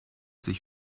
sich